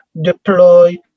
deploy